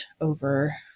over